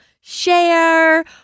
share